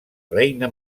reina